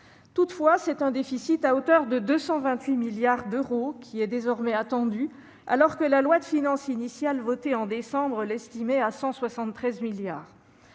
Toutefois, c'est un déficit à hauteur de 228 milliards d'euros qui est désormais attendu, alors que la loi de finances initiale votée en décembre l'estimait à 173 milliards.